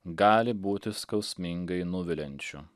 gali būti skausmingai nuviliančiu